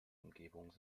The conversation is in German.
umgebung